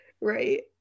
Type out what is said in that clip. right